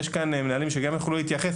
ויש כאן מנהלים שיוכלו להתייחס.